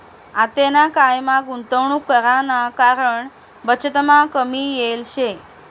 आतेना कायमा गुंतवणूक कराना कारण बचतमा कमी येल शे